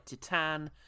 Titan